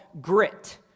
grit